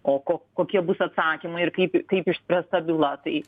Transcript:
o ko kokie bus atsakymai ir kaip taip išspręsta byla tai